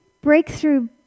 breakthrough